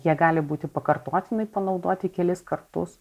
jie gali būti pakartotinai panaudoti kelis kartus